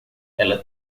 ela